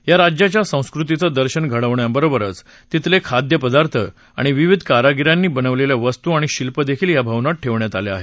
या राज्याच्या संस्कृतीचं दर्शन घडवण्याबरोबरच तिथले खाद्यपदार्थ आणि विविध कारागीरांनी बनवलेल्या वस्तू आणि शिल्पं देखील या भवनात आहेत